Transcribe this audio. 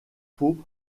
faut